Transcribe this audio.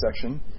section